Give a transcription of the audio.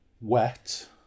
wet